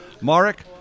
Marek